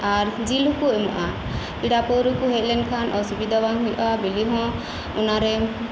ᱟᱨ ᱡᱤᱞ ᱦᱚᱸᱠᱩ ᱮᱢᱚᱜᱼᱟ ᱯᱮᱲᱟ ᱯᱟᱹᱣᱨᱟᱹᱠᱩ ᱦᱮᱡ ᱞᱮᱱᱠᱷᱟᱱ ᱚᱥᱩ ᱵᱤᱫᱷᱟ ᱵᱟᱝ ᱦᱩᱭᱩᱜᱼᱟ ᱵᱤᱞᱤ ᱦᱚᱸ ᱚᱱᱟᱨᱮ